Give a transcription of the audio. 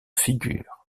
figure